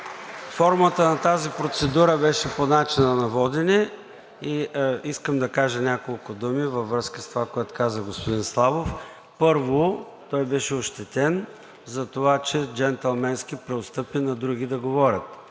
Формата на тази процедура беше по начина на водене и искам да кажа няколко думи във връзка с това, което каза господин Славов. Първо, той беше ощетен за това, че джентълменски преотстъпи на други да говорят,